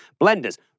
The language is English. Blenders